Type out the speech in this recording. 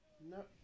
No